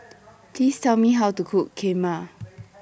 Please Tell Me How to Cook Kheema